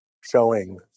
showing